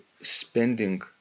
spending